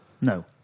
No